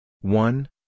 one